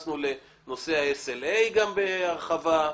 התייחסנו לנושא ה-SLA בהרחבה,